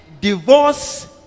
divorce